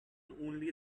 only